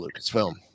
Lucasfilm